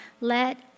Let